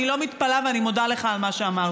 אני לא מתפלאה ואני מודה לך על מה שאמרת.